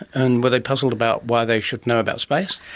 and where they puzzled about why they should know about space?